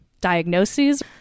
diagnoses